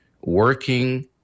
working